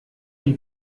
die